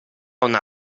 una